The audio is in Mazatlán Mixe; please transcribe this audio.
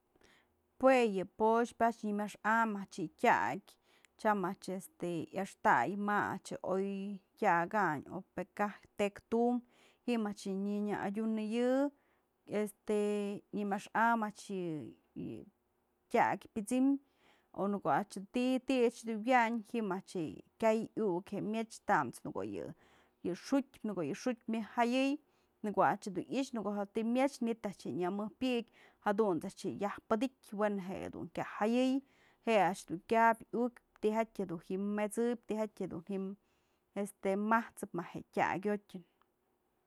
Jue yë po'oxpë nyëm a'ax am, a'ax yë tyak, tyam a'ax este, yëxtay ma a'ax je oy tyakanyë, pë kaj tektum jim a'ax yë nyënë adyunëyë este, nyë a'ax am a'ax yë tyak pyësëm o në ko'o a'ax yë ti'i dun wyanyë ji'im axjë kyay iukë je myech tam's në ko'o yë xu'utpë, në ko'o yë xu'utpë myaj jëyëy, në ko'o a'ax dun i'ixë të myach manytë a'ax je'e nyamëjpyëk jadunt's je'e a'ax yaj pëdytë, we'en je dun kya jëyëy, je'e a'ax dun kyap iukpyë, tijatyë jedun met'sëp, tijatyë jedun maj t'sëp më je tyak jyotën.